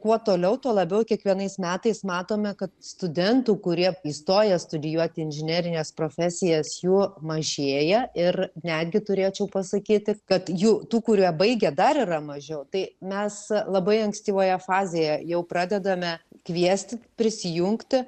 kuo toliau tuo labiau kiekvienais metais matome kad studentų kurie įstoja studijuoti į inžinerines profesijas jų mažėja ir netgi turėčiau pasakyti kad jų tų kurie baigė dar yra mažiau tai mes labai ankstyvoje fazėje jau pradedame kviesti prisijungti